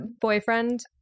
boyfriend